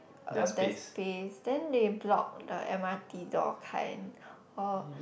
of that space then they block the M_R_T door kind oh